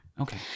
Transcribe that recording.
Okay